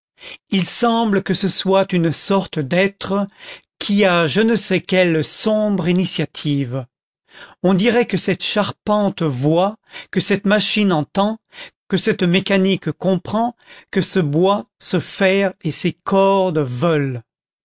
il semble que ce soit une sorte d'être qui a je ne sais quelle sombre initiative on dirait que cette charpente voit que cette machine entend que cette mécanique comprend que ce bois ce fer et ces cordes veulent